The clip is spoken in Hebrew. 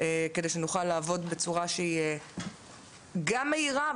כדי שנוכל לעבוד בצורה שהיא גם מהירה,